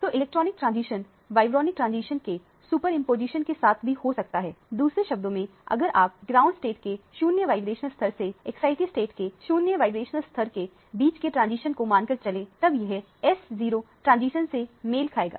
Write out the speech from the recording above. तो electronic transition vibronic transition के superimposition के साथ भी हो सकता है दूसरे शब्दों में अगर आप ग्राउंड स्टेट के 0 वाइब्रेशनल स्तर से एक्साइटेड स्टेट के 0 वाइब्रेशनल स्तर के बीच के ट्रांजीशन को मानकर चलें तब यह So ट्रांजिशन से मेल खाएगा